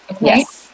Yes